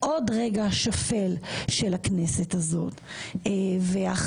עוד רגע שפל של הכנסת הזאת והאחריות